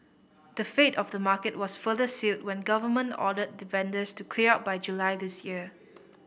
the fate of the market was further sealed when government ordered the vendors to clear out by July this year